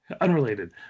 Unrelated